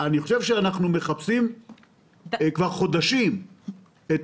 ככה יוצא שאנחנו מחפשים כבר חודשים את